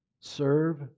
Serve